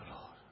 Lord